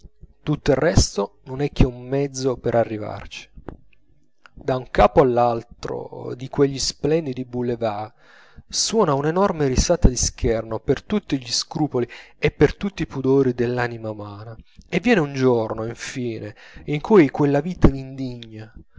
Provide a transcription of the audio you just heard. tutto il resto non è che un mezzo per arrivarci da un capo all'altro di quegli splendidi boulevards suona una enorme risata di scherno per tutti gli scrupoli e per tutti i pudori dell'anima umana e viene un giorno infine in cui quella vita v'indigna